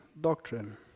doctrine